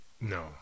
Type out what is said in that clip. No